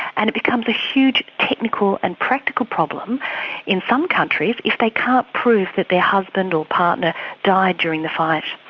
and it becomes a huge technical and practical problem in some countries, if they can't prove that their husband or partner died during the fight.